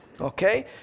okay